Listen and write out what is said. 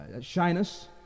shyness